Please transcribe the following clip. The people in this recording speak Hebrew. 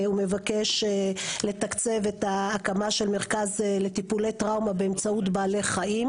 הוא מבקש לתקצב את ההקמה של מרכז לטיפולי טראומה באמצעות בעלי חיים,